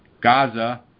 Gaza